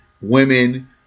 Women